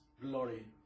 glory